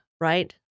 right